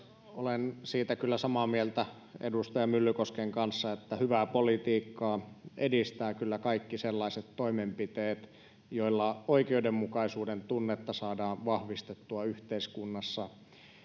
olen siitä kyllä samaa mieltä edustaja myllykosken kanssa että hyvää politiikkaa edistävät kaikki sellaiset toimenpiteet joilla oikeudenmukaisuuden tunnetta saadaan vahvistettua yhteiskunnassa